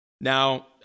Now